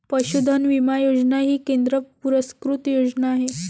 पशुधन विमा योजना ही केंद्र पुरस्कृत योजना आहे